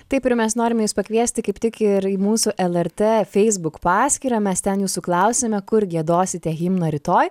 taip ir mes norime jus pakviesti kaip tik ir į mūsų lrt feisbuk paskyrą mes ten jūsų klausiame kur giedosite himną rytoj